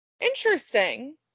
Interesting